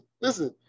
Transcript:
listen